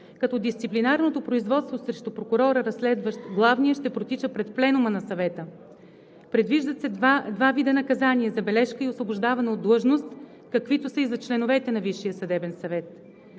като дисциплинарното производство срещу прокурора, разследващ главния, ще протича пред пленума на Съвета. Предвиждат се два вида наказание – забележка и освобождаване от длъжност, каквито са и за членовете на Висшия съдебен съвет.